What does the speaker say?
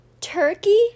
turkey